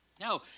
Now